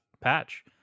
patch